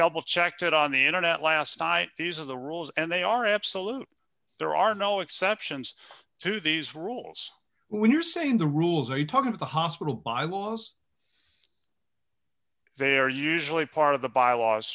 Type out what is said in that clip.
double checked it on the internet last night these are the rules and they are absolute there are no exceptions to these rules when you're saying the rules are you talking to the hospital bylaws they're usually part of the bylaws